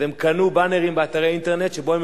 אז הם קנו "באנרים" באתרי אינטרנט שבהם הם